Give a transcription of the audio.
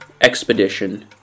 expedition